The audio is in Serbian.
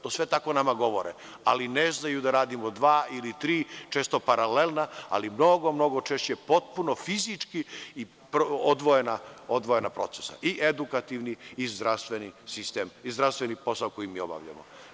To sve nama govore, ali ne znaju da radimo dva ili tri, često paralelna, ali mnogo češće potpuno fizički odvojena procesa i edukativni i zdravstveni sistem i zdravstveni posao koji obavljamo.